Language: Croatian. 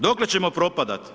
Dokle ćemo propadat?